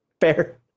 Fair